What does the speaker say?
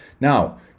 Now